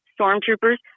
stormtroopers